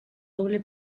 doble